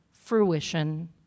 fruition